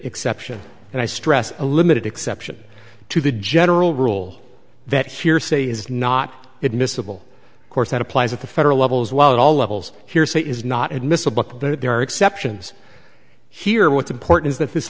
exception and i stress a limited exception to the general rule that hearsay is not admissible course that applies at the federal level as well at all levels here say is not admissible but there are exceptions here what's important is